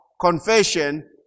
confession